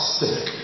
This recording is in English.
sick